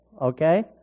Okay